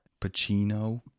Pacino